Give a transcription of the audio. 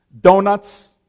donuts